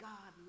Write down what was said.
God